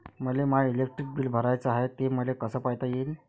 मले my electric bill भराचं हाय, ते मले कस पायता येईन?